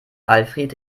alfred